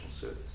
service